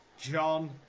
John